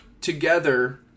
together